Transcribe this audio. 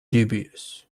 dubious